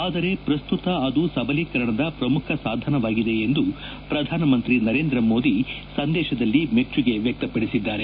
ಆದರೆ ಪ್ರಸ್ತುತ ಅದು ಸಬಲೀಕರಣದ ಪ್ರಮುಖ ಸಾಧನವಾಗಿದೆ ಎಂದು ಪ್ರಧಾನಮಂತ್ರಿ ಮೋದಿ ಸಂದೇಶದಲ್ಲಿ ಮೆಚ್ಚುಗೆ ವ್ಯಕ್ತಪದಿಸಿದ್ದಾರೆ